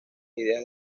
ideas